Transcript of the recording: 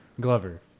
Glover